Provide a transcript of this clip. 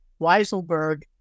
Weiselberg